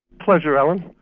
pleasure, alan.